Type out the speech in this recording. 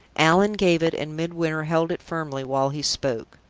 allan gave it, and midwinter held it firmly while he spoke.